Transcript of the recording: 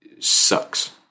sucks